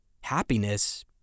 happiness